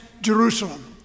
Jerusalem